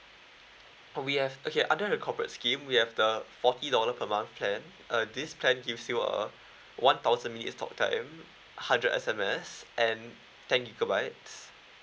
we have okay under the corporate scheme we have the forty dollar per month plan uh this plan give you a one thousand minutes talk time hundred S_M_S and ten gigabytes